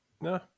no